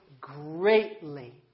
greatly